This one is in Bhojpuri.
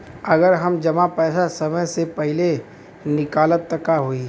अगर हम जमा पैसा समय से पहिले निकालब त का होई?